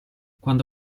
quando